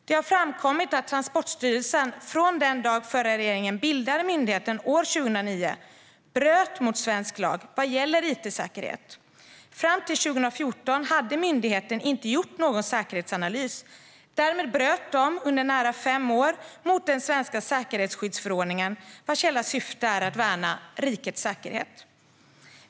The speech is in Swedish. Det har framkommit att Transportstyrelsen från den dag då den förra regeringen bildade myndigheten år 2009 bröt mot svensk lag vad gäller it-säkerhet. Fram till år 2014 hade myndigheten inte gjort någon säkerhetsanalys. Därmed bröt man under nära fem år mot den svenska säkerhetsskyddsförordningen, vars hela syfte är att värna rikets säkerhet.